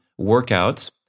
workouts